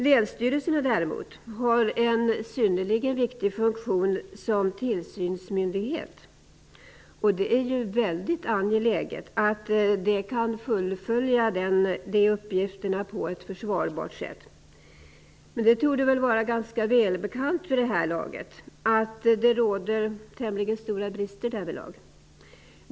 Länsstyrelserna har däremot en synnerligen viktig funktion som tillsynsmyndighet. Det är mycket angeläget att de kan fullfölja den uppgiften på ett tillfredsställande sätt. Men det torde väl vara ganska välbekant vid det här laget att det råder tämligen stora brister därvidlag.